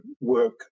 work